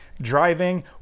driving